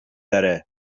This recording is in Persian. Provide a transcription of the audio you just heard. داره